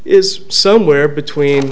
is somewhere between